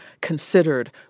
considered